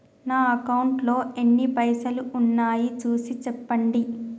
నా అకౌంట్లో ఎన్ని పైసలు ఉన్నాయి చూసి చెప్పండి?